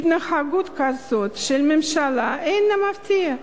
התנהגות כזאת של הממשלה אינה מפתיעה.